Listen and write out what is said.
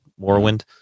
Warwind